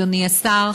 אדוני השר,